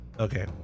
Okay